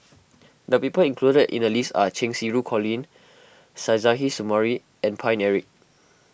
the people included in the list are Cheng Xinru Colin Suzairhe Sumari and Paine Eric